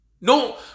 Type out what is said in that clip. No